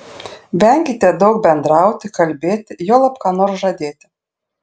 venkite daug bendrauti kalbėti juolab ką nors žadėti